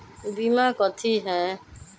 बीमा कथी है?